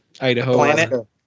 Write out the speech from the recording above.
idaho